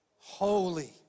holy